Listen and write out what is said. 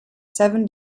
seven